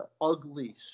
ugly